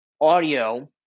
audio